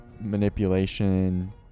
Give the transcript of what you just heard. manipulation